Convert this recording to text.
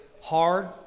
hard